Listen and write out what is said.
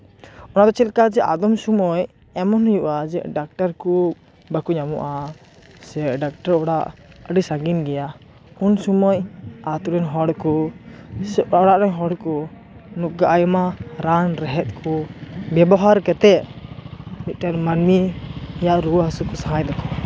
ᱚᱱᱟ ᱪᱮᱫ ᱞᱮᱠᱟ ᱡᱮ ᱟᱫᱚᱢ ᱥᱚᱢᱚᱭ ᱮᱢᱚᱱ ᱦᱩᱭᱩᱜᱼᱟ ᱡᱮ ᱰᱟᱠᱛᱟᱨ ᱠᱚ ᱵᱟᱠᱚ ᱧᱟᱢᱚᱜᱼᱟ ᱥᱮ ᱰᱟᱠᱴᱚᱨ ᱚᱲᱟᱜ ᱟᱹᱰᱤ ᱥᱟᱺᱜᱤᱧ ᱜᱮᱭᱟ ᱩᱱ ᱥᱚᱢᱚᱭ ᱟᱛᱳ ᱨᱮᱱ ᱦᱚᱲ ᱠᱚ ᱫᱤᱥᱟᱹ ᱯᱟᱲᱟᱜ ᱨᱮᱱ ᱦᱚᱲ ᱠᱩ ᱱᱩᱠᱩ ᱟᱭᱢᱟ ᱨᱟᱱ ᱠᱩ ᱵᱮᱵᱚᱦᱟᱨ ᱠᱟᱛᱮᱫ ᱢᱤᱫᱴᱟᱝ ᱢᱟᱹᱱᱢᱤ ᱡᱟᱦᱟᱸᱭ ᱨᱩᱣᱟᱹ ᱦᱟᱹᱥᱩ ᱠᱚ ᱥᱟᱦᱟᱭ ᱞᱮᱠᱷᱟᱱ